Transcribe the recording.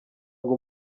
ngo